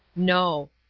no.